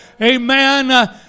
Amen